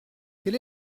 quel